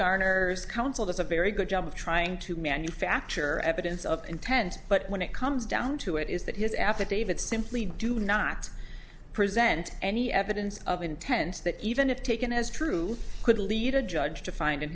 garner is counsel that's a very good job of trying to manufacture evidence of intent but when it comes down to it is that his affidavit simply do not present any evidence of intent that even if taken as true could lead a judge to find in